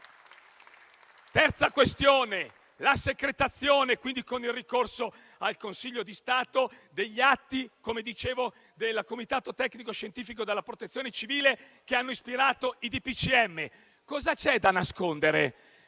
Terza questione: la secretazione, con il ricorso al Consiglio di Stato, degli atti del Comitato tecnico-scientifico e della Protezione civile che hanno ispirato i DPCM. Cosa c'è da nascondere?